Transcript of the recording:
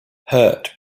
hurt